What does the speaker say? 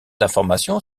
d’information